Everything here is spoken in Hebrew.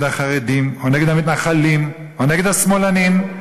החרדים או נגד המתנחלים או נגד השמאלנים.